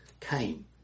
came